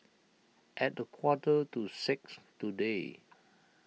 at a quarter to six today